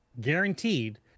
Guaranteed